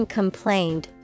complained